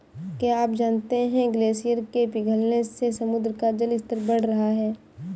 क्या आप जानते है ग्लेशियर के पिघलने से समुद्र का जल स्तर बढ़ रहा है?